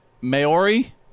Maori